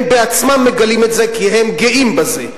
הם בעצמם מגלים את זה, כי הם גאים בזה.